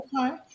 Okay